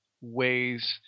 ways –